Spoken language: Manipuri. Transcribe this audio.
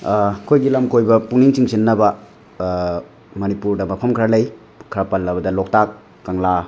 ꯑꯩꯈꯣꯏꯒꯤ ꯂꯝ ꯀꯣꯏꯕ ꯄꯨꯛꯅꯤꯡ ꯆꯤꯡꯁꯤꯟꯅꯕ ꯃꯅꯤꯄꯨꯔꯗ ꯃꯐꯝ ꯈꯔ ꯂꯩ ꯈꯔ ꯄꯜꯂꯕꯗ ꯂꯣꯛꯇꯥꯛ ꯀꯪꯂꯥ